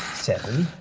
seven,